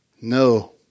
No